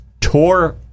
tore